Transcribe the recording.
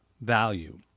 value